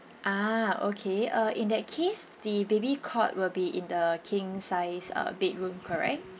ah okay uh in that case the baby cot will be in the king size uh bedroom correct